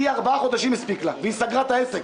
ארבעה חודשים הספיקו לה והיא סגרה את העסק.